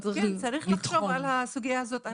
צריך לחשוב על הסוגיה הזאת.